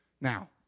Now